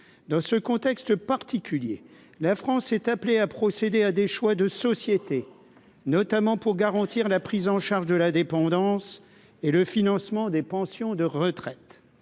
dans ce contexte particulier, la France est appelé à procéder à des choix de société, notamment pour garantir la prise en charge de la dépendance et le financement des pensions de retraite,